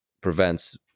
prevents